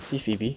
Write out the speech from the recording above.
see Phoebe